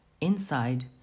Inside